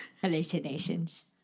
Hallucinations